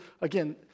again